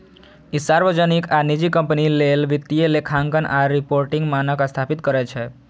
ई सार्वजनिक आ निजी कंपनी लेल वित्तीय लेखांकन आ रिपोर्टिंग मानक स्थापित करै छै